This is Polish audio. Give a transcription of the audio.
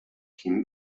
kim